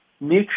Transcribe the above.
make